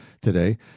today